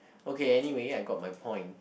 okay anyway I got my point